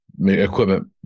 equipment